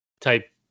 type